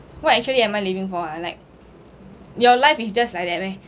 what actually am I living for ah like your life is just like that meh